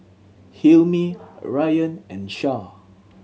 Hilmi Rayyan and Syah